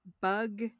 bug